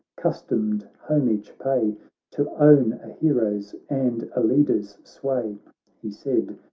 customed homage pay to own a hero's and a leader's sway he said,